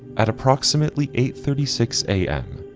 at approximately eight thirty six a m.